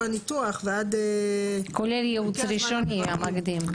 הניתוח ועד --- כולל ייעוץ ראשון ומקדים.